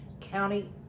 county